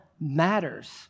matters